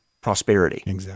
prosperity